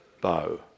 bow